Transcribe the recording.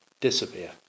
disappear